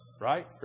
right